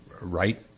right